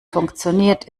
funktioniert